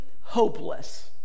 hopeless